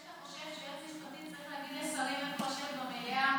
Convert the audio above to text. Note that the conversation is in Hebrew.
זה שאתה חושב שיועץ משפטי צריך להגיד לשרים איפה לשבת במליאה,